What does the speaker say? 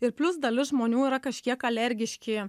ir plius dalis žmonių yra kažkiek alergiški